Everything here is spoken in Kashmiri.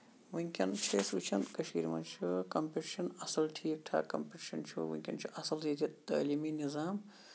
وٕنکیٚن چھِ أسۍ وٕچھان کٔشیٖر منٛز چھُ کَمپِٹِشن اَصٕل ٹھیٖک ٹھاکھ کَمپِٹِشن چھُ ؤنکیٚن چھُ اَصٕل ییٚتہِ تعلیٖمی نِظام